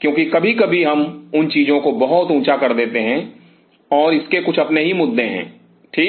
क्योंकि कभी कभी हम उन चीजों को बहुत ऊंचा कर देते हैं और इसके कुछ अपने ही मुद्दे हैं ठीक